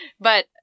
But-